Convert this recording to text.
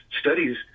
studies